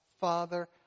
Father